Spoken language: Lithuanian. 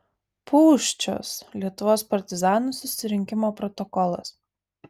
pūščios lietuvos partizanų susirinkimo protokolas